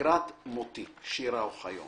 לקראת מותי/ שירה אוחיון